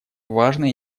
важно